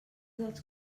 dels